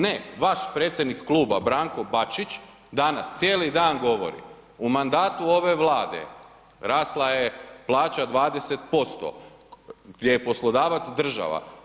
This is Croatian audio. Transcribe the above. Ne, vaš predsjednik kluba Branko Bačić danas cijeli dan govori, u mandatu ove Vlade rasla je plaća 20% gdje je poslodavac država.